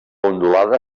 ondulada